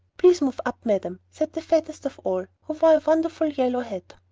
please move up, madam, said the fattest of all, who wore a wonderful yellow hat.